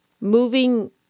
Moving